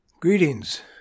Greetings